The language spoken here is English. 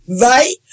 Right